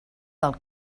del